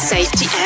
Safety